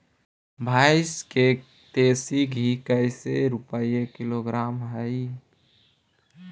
भैंस के देसी घी कैसे रूपये किलोग्राम हई?